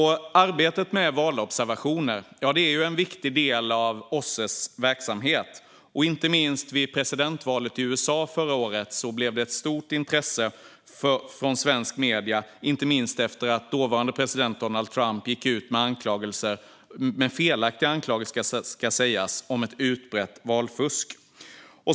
Arbetet med valobservationer är en viktig del av OSSE:s verksamhet. Inte minst vid presidentvalet i USA förra året blev det stort intresse från svenska medier, särskilt efter det att dåvarande president Donald Trump gick ut med anklagelser - felaktiga sådana, ska sägas - om ett utbrett valfusk.